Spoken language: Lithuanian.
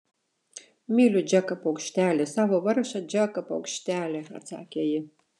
myliu džeką paukštelį savo vargšą džeką paukštelį atsakė ji